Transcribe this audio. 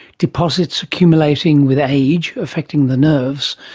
deposits accumulating with age, affecting the nerves.